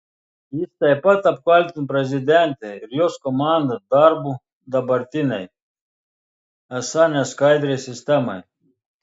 jis taip pat apkaltino prezidentę ir jos komandą darbu dabartinei esą neskaidriai sistemai